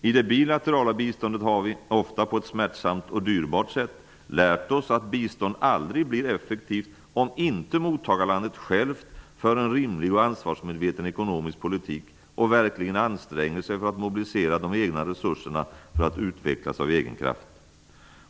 I det bilaterala biståndet har vi, ofta på ett smärtsamt och dyrbart sätt, lärt oss att bistånd aldrig blir effektivt om mottagarlandet självt inte för en rimlig och ansvarsmedveten ekonomisk politik och verkligen anstränger sig för att mobilisera de egna resurserna för att utvecklas av egen kraft.